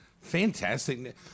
Fantastic